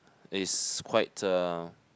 it's quite a